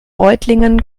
reutlingen